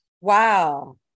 Wow